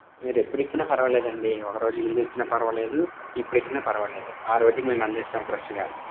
మీరెప్పుడిచ్చినా పర్వాలేదండి ఒక రోజు ముందిచ్చినా పర్వాలేదు ఇప్పుడిచ్చినా పర్వాలేదు ఆ రోజుకి మేము అందిస్తాము ఫ్రెష్గా